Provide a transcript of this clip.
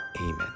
Amen